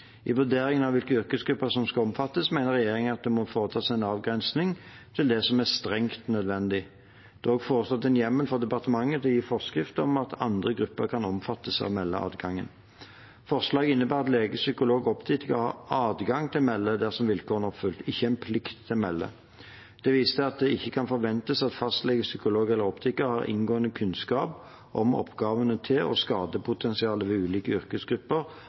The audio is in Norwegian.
I vurderingen av hvilke yrkesgrupper som skal omfattes, mener regjeringen at det må foretas en avgrensning til det som er strengt nødvendig. Det er også foreslått en hjemmel for departementet til å gi forskrift om at andre grupper kan omfattes av meldeadgangen. Forslaget innebærer at lege, psykolog og optiker har adgang til å melde dersom vilkårene er oppfylt – ikke en plikt til å melde. Det vises til at det ikke kan forventes at fastlege, psykolog eller optiker har inngående kunnskap om oppgavene til og skadepotensialet ved ulike yrkesgrupper